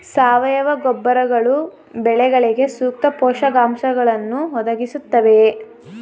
ಸಾವಯವ ಗೊಬ್ಬರಗಳು ಬೆಳೆಗಳಿಗೆ ಸೂಕ್ತ ಪೋಷಕಾಂಶಗಳನ್ನು ಒದಗಿಸುತ್ತವೆಯೇ?